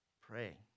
Pray